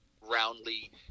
roundly